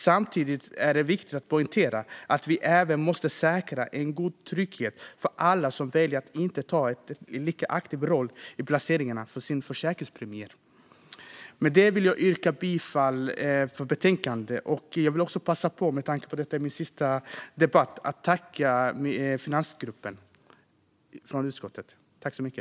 Samtidigt är det viktigt att poängtera att vi även måste säkra en god trygghet för alla som väljer att inte ha en lika aktiv roll i placeringarna av sina försäkringspremier. Med det vill jag yrka bifall till utskottets förslag i betänkandet. Med tanke på att detta är min sista debatt vill jag också passa på att tacka finansutskottet.